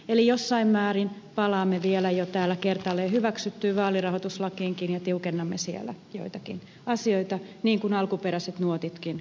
eli jossain määrin palaamme vielä jo täällä kertaalleen hyväksyttyyn vaalirahoituslakiinkin ja tiukennamme siellä joitakin asioita niin kuin alkuperäiset nuotitkin kuuluivat